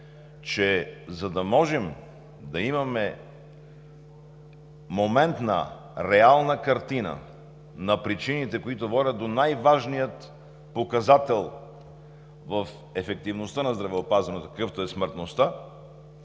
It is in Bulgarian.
че за да можем да имаме моментна, реална картина на причините, които водят до най-важния показател в ефективността на здравеопазването, какъвто е смъртността,